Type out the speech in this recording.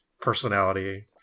personality